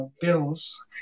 bills